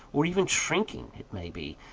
or even shrinking, it may be,